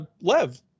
lev